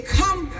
come